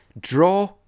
draw